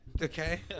Okay